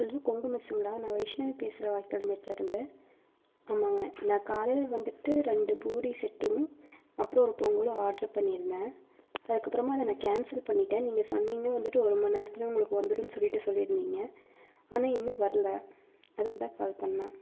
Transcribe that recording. hello Kongu மெஸ்சுங்ளா நான் வைஷ்ணவி பேசுகிறேன் வாய்க்கால் மேட்லருந்து ஆமாங்க நான் காலையில வந்துட்டு ரெண்டு பூரி செட்டும் அப்புறோ ஒரு பொங்கலும் ஆட்ர்ரு பண்ணிருந்தேன் அதுக்கப்புறமா நான் அதை கேன்சல் பண்ணிட்டேன் நீங்கள் சொன்னிங்கள் வந்துட்டு ஒருமணிநேரத்துல உங்களுக்கு வந்துரும்னு சொல்லிட்டு சொல்லிருந்திங்கள் ஆனால் இன்னும் வரல அதுக்கு தான் கால் பண்ணன்